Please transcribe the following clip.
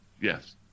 Yes